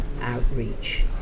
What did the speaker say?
outreach